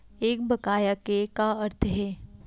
एक बकाया के का अर्थ हे?